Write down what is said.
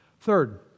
Third